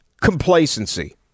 complacency